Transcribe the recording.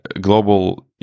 global